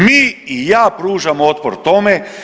Mi i ja pružamo otpor tome.